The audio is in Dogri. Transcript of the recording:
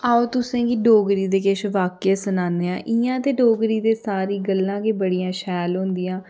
आओ तुसेंगी डोगरी दे किश वाक्य सनाने आं इ'यां ते डोगरी दी सारी गल्लां गै बड़ियां शैल होंदियां